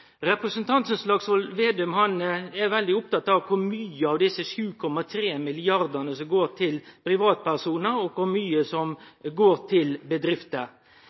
Slagsvold Vedum er veldig opptatt av kor mykje av 7,3 mrd. kr som går til privatpersonar, og kor mykje som går til bedrifter.